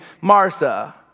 Martha